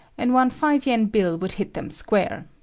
and one five yen bill would hit them square.